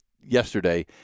yesterday